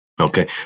Okay